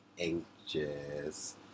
anxious